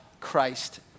Christ